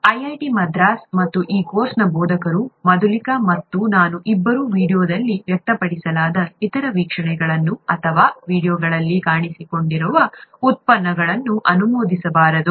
IIT Madras ಮತ್ತು ಈ ಕೋರ್ಸ್ನ ಬೋಧಕರು ಮಧುಲಿಕಾ ಮತ್ತು ನಾನು ಇಬ್ಬರೂ ವೀಡಿಯೊದಲ್ಲಿ ವ್ಯಕ್ತಪಡಿಸಲಾದ ಇತರ ವೀಕ್ಷಣೆಗಳನ್ನು ಅಥವಾ ವೀಡಿಯೊಗಳಲ್ಲಿ ಕಾಣಿಸಿಕೊಂಡಿರುವ ಉತ್ಪನ್ನಗಳನ್ನು ಅನುಮೋದಿಸಬಾರದು